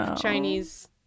chinese